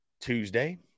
Tuesday